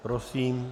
Prosím.